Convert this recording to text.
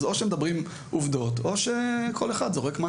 אז או שמדברים עובדות או שכל אחד זורק.